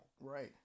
Right